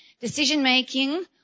decision-making